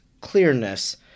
clearness